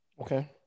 Okay